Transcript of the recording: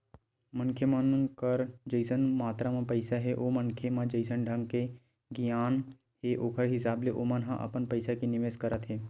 मनखे मन कर जइसन मातरा म पइसा हे ओ मनखे म जइसन ढंग के गियान हे ओखर हिसाब ले ओमन ह अपन पइसा के निवेस करत हे